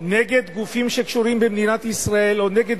נגד גופים שקשורים במדינת ישראל או נגד